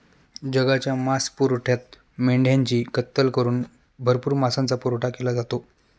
जगाच्या मांसपुरवठ्यात मेंढ्यांची कत्तल करून भरपूर मांसाचा पुरवठा केला जातो